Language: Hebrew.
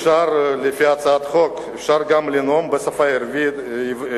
לפי הצעת החוק אפשר גם לנאום בשפה הערבית,